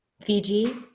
Fiji